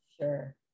Sure